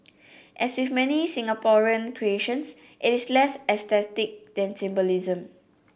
as with many Singaporean creations it is less aesthetic than symbolism